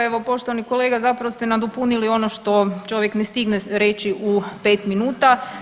Evo poštovani kolega, zapravo ste nadopunili ono što čovjek ne stigne reći u 5 minuta.